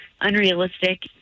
unrealistic